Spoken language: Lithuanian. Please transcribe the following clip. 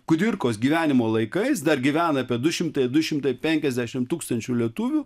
kudirkos gyvenimo laikais dar gyvena apie du šimtai du šimtai penkiasdešimt tūkstančių lietuvių